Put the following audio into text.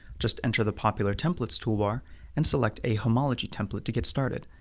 just enter the popular templates tool bar and select a homology template to get started.